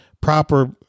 proper